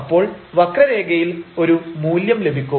അപ്പോൾ വക്രരേഖയിൽ ഒരു മൂല്യം ലഭിക്കും